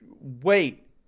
wait